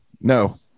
no